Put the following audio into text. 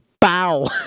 bow